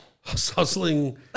hustling